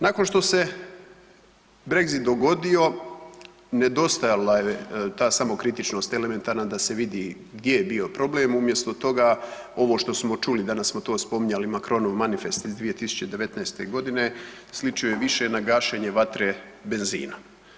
Nakon što se Brexit dogodio, nedostajala je ta samokritičnost elementarna da se vidi gdje je bio problem, umjesto toga ovo što čuli, danas smo to spominjali, ima Crohnov manifest iz 2019., sličio je više na gašenje vatre benzinom.